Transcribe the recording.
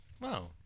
Wow